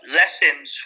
lessons